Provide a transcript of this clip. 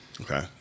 Okay